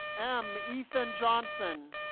m. ethan johnson